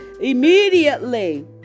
immediately